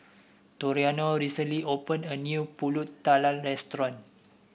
Toriano recently opened a new pulut tatal restaurant